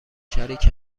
شریک